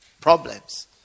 problems